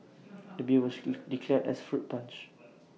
the beer was be declared as fruit punch